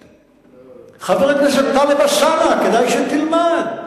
חבר הכנסת טלב אלסאנע, כדאי שתלמד.